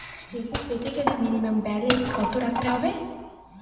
Chequebook পেতে গেলে minimum balance কত রাখতে হবে?